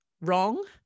wrong